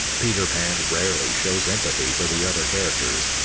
peter pan rarely shows empathy for the other characters,